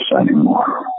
anymore